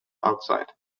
outside